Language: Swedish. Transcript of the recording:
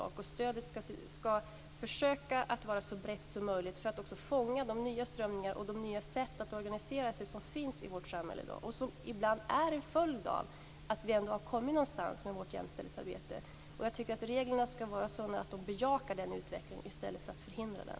Stödet skall vara så brett som möjligt för att fånga de nya strömningar och de nya sätt att organisera sig som finns i vårt samhälle i dag och som ibland är en följd av att vi ändå har kommit någonstans med vårt jämställdhetsarbete. Jag tycker att reglerna skall vara sådana att de bejakar den utvecklingen i stället för att de förhindrar den.